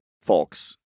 folks